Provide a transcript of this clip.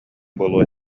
буолуо